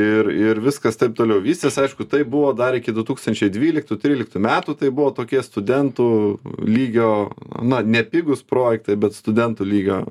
ir ir viskas taip toliau vystės aišku tai buvo dar iki du tūkstančiai dvyliktų tryliktų metų tai buvo tokie studentų lygio na nepigūs projektai bet studento lygio